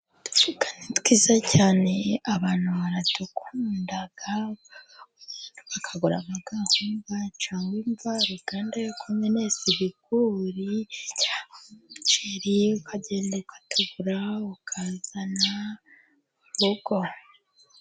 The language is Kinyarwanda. Kandi ni twiza cyane abantu baradukunda bakagura amaganga bacuwe imva uganda ya kominnes ibiguyicyashiriye ukagenda ukatugura ukazana mu rugo.